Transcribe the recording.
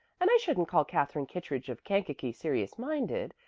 and i shouldn't call katherine kittredge of kankakee serious-minded,